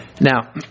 Now